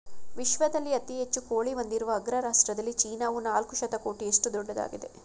ವಿಶ್ವದಲ್ಲಿ ಅತಿ ಹೆಚ್ಚು ಕೋಳಿ ಹೊಂದಿರುವ ಅಗ್ರ ರಾಷ್ಟ್ರದಲ್ಲಿ ಚೀನಾವು ನಾಲ್ಕು ಶತಕೋಟಿಯಷ್ಟು ದೊಡ್ಡದಾಗಿದೆ